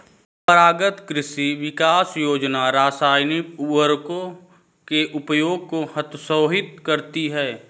परम्परागत कृषि विकास योजना रासायनिक उर्वरकों के उपयोग को हतोत्साहित करती है